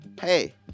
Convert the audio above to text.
Hey